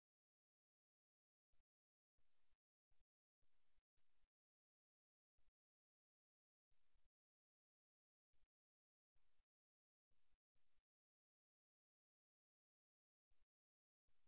இந்த வீடியோவில் உடல் மொழி நிபுணர் கரோல் கின்சி கோமன் ஒருவரின் கால்கள் வெவ்வேறு சூழ்நிலையில் என்ன சொல்கிறது என்பதை பகுப்பாய்வு செய்வதைக் காணலாம்